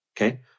okay